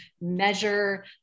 measure